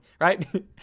right